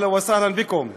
ברוכים הבאים.)